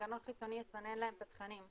מנגנון חיצוני יסנן להם את התכנים,